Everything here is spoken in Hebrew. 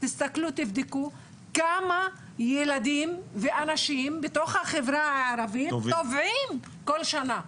תסתכלו תבדקו כמה ילדים ואנשים בתוך החברה הערבית טובעים! כל שנה.